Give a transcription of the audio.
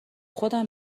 خودم